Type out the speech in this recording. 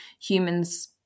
humans